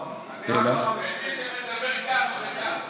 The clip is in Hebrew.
בין מי שמדבר ככה וככה.